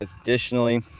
Additionally